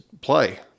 play